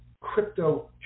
crypto